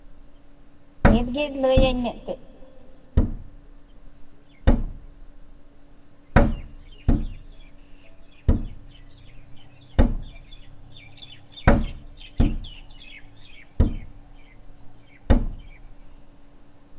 ᱱᱤᱛᱜᱤᱧ ᱞᱟᱹᱭᱟᱹᱧ ᱢᱤᱫᱴᱮᱡ